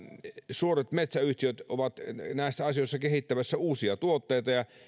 suuret metsäyhtiöt ovat näissä asioissa kehittämässä uusia tuotteita ja